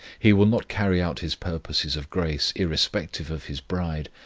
he will not carry out his purposes of grace irrespective of his bride,